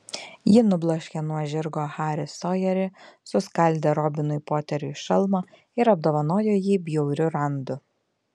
ji nubloškė nuo žirgo harį sojerį suskaldė robinui poteriui šalmą ir apdovanojo jį bjauriu randu